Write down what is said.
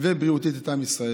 ובריאותית את עם ישראל,